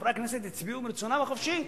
חברי הכנסת הצביעו מרצונם החופשי.